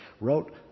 wrote